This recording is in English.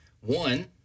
one